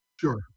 Sure